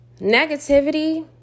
negativity